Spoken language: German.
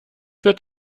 wird